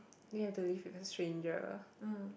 you have to live with a stranger